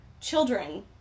children